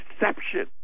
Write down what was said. exception